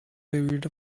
period